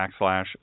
backslash